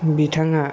बिथाङा